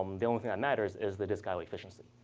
the only thing that matters is the disk i o efficiency.